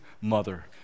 mother